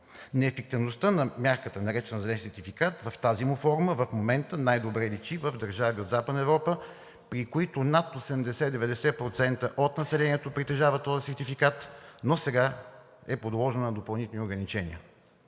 Неефективността на мярката, наречена зелен сертификат в тази му форма, в момента най-добре личи в държави от Западна Европа, при които над 80 – 90% от населението притежават този сертификат, но сега е подложено на допълнителни ограничения.